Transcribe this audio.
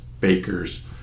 bakers